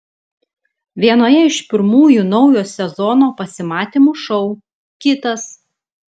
vienoje iš pirmųjų naujo sezono pasimatymų šou kitas